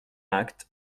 acte